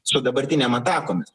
su dabartinėm atakomis